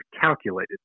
calculated